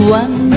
one